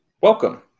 Welcome